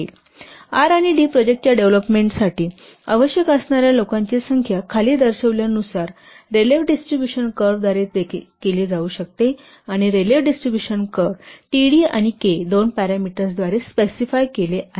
क्षमस्व R आणि D प्रोजेक्टच्या डेव्हलपमेंटसाठी आवश्यक असणाऱ्या लोकांची संख्या खाली दर्शविल्यानुसार रेलेव्ह डिस्ट्रिब्युशन कर्व द्वारे केली जाऊ शकते आणि Rayleigh distribution curve T d आणि K दोन पॅरामीटर्सद्वारे स्पेसिफाइड केले आहे